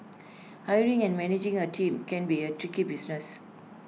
hiring and managing A team can be A tricky business